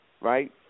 Right